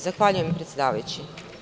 Zahvaljujem, predsedavajući.